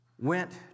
went